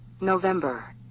November